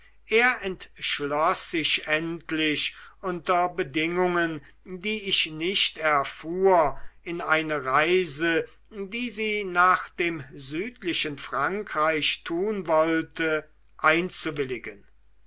er entschloß sich endlich unter bedingungen die ich nicht erfuhr in eine reise die sie nach dem südlichen frankreich tun wollte